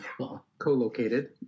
co-located